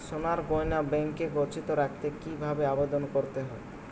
সোনার গহনা ব্যাংকে গচ্ছিত রাখতে কি ভাবে আবেদন করতে হয়?